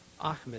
Ahmed